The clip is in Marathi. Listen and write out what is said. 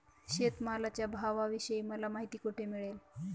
शेतमालाच्या भावाविषयी मला माहिती कोठे मिळेल?